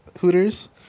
hooters